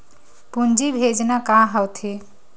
पूंजी भेजना का होथे?